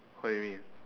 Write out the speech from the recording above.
what you mean